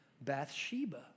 Bathsheba